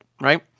right